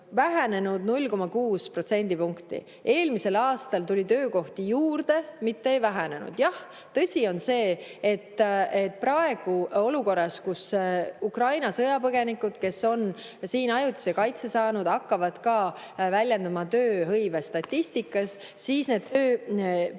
vähenenud 0,6 protsendipunkti. Eelmisel aastal tuli töökohti juurde, mitte ei vähenenud. Jah, tõsi on see, et olukorras, kus Ukraina sõjapõgenikud, kes on siin ajutise kaitse saanud, hakkavad ka väljenduma tööhõivestatistikas, need tööpuuduse